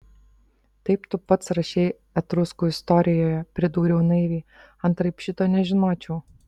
taip tu pats rašei etruskų istorijoje pridūriau naiviai antraip šito nežinočiau